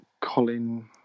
Colin